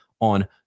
on